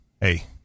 hey